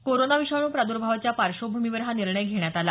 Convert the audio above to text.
corona विषाणू प्रादुर्भावाच्या पार्श्वभूमीवर हा निर्णय घेण्यात आला